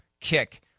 kick